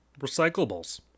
recyclables